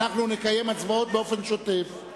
ואנחנו נקיים הצבעות באופן שוטף.